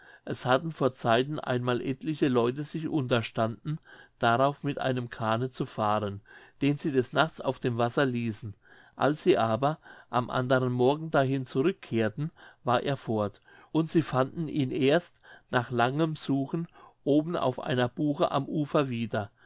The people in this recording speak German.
es hatten vor zeiten einmal etliche leute sich unterstanden darauf mit einem kahne zu fahren den sie des nachts auf dem wasser ließen als sie aber am anderen morgen dahin zurückkehrten war er fort und sie fanden ihn erst nach langem suchen oben auf einer buche am ufer wieder